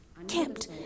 Kept